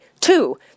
Two